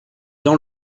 dans